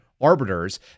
arbiters